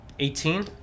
Eighteen